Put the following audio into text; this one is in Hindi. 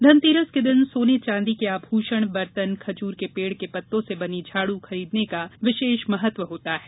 धनतेरस के दिन सोने चांदी के आभूषण बर्तन खजूर के पेड़ के पत्तों से बनी झाड़ू खरीदने का विशेष महत्व होता है